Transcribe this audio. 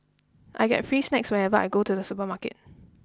I get free snacks whenever I go to the supermarket